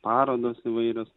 parodos įvairios